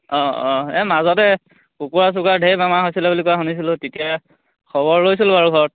অঁ অঁ এই মাজতে কুকুৰা চুকুৰা ধেৰ বেমাৰ হৈছিলে বুলি কোৱা শুনিছিলোঁ তেতিয়া খবৰ লৈছিলোঁ আৰু ঘৰত